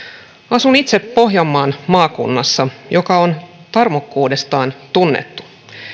asun itse pohjanmaan maakunnassa joka on tarmokkuudestaan tunnettu